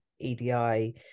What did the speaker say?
EDI